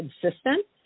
consistent